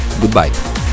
Goodbye